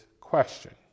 question